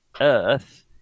Earth